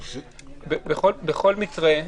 בכל מקרה,